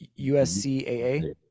USCAA